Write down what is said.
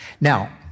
Now